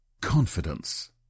confidence